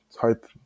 type